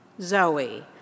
Zoe